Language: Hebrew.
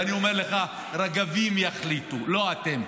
ואני אומר לך: רגבים יחליטו, לא אתם.